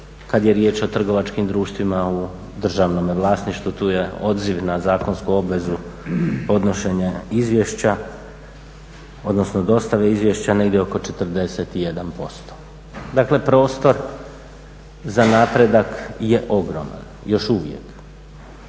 kad je riječ o trgovačkim društvima u državnome vlasništvu tu je odziv na zakonsku obvezu podnošenja izvješća odnosno dostave izvješća negdje oko 41%. Dakle, prostor za napredak je ogroman još uvijek.